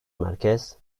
merkez